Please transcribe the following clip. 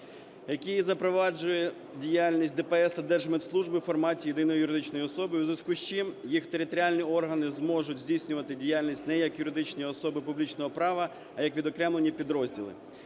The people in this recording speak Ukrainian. який запроваджує діяльність ДПС та Держмитслужби в форматі єдиної юридичної особи. У зв'язку з чим їх територіальні органи зможуть здійснювати діяльність не як юридичні особи публічного права, а як відокремлені підрозділи.